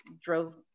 drove